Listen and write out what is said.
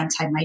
antimicrobial